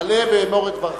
בבקשה, עלה ואמור את דבריך.